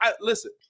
listen